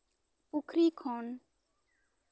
ᱯᱩᱠᱷᱨᱤ ᱠᱷᱚᱱ